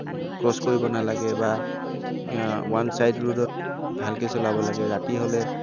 cross কৰিব নালাগে বা ওৱান ছাইড ৰোডত ভালকে চলাব লাগে ৰাতি হ'লে